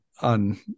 on